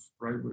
right